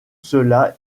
cela